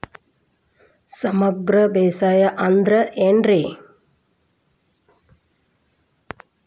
ಸಮಗ್ರ ಬೇಸಾಯ ಅಂದ್ರ ಏನ್ ರೇ?